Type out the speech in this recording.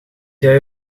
jij